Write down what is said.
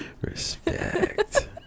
respect